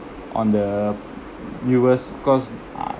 on the viewers cause ah